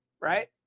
Right